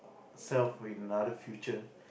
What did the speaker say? self in other future